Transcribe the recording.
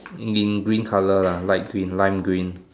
in green green colour lah light green lime green